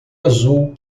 azul